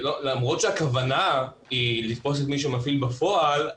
למרות שהכוונה היא לתפוס את מי שמפעיל בפועל,